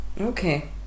Okay